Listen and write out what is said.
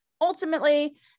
Ultimately